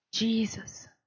Jesus